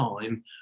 time